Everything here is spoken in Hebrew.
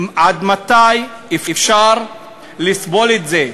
עד מתי אפשר לסבול את זה?